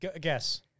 guess